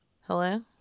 Hello